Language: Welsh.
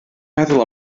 meddwl